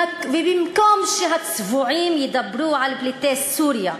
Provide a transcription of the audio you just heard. ובמקום שהצבועים ידברו על פליטי סוריה,